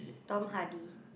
Tom-Hardy